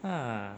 ah